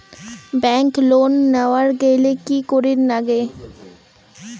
Bank loan নেওয়ার গেইলে কি করীর নাগে?